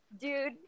Dude